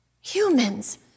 humans